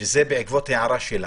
שזה בעקבות הערה שלה.